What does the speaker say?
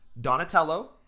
Donatello